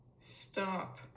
stop